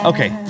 Okay